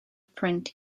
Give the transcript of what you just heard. print